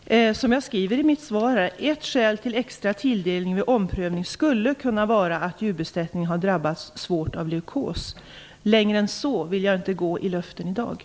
Fru talman! Jag sade i mitt svar: "Ett skäl till extra tilldelning vid omprövning skulle kunna vara att djurbesättningen har drabbats svårt av leukos". Längre än så vill jag i dag inte gå i form av löften.